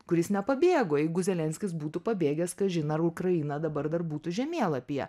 kuris nepabėgo jeigu zelenskis būtų pabėgęs kažin ar ukraina dabar dar būtų žemėlapyje